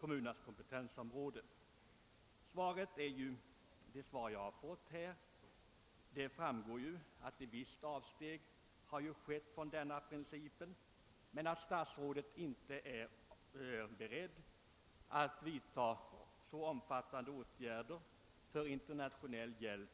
Av det svar jag fått av statsrådet framgår att vissa avsteg redan gjorts från rådande princip men att statsrådet inte är benägen att vidta så omfattande åtgärder för den internationella hjälpen